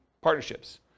partnerships